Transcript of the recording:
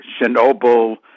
Chernobyl